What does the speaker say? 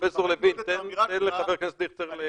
פרופ' לוין, תן לחבר הכנסת דיכטר.